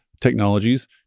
technologies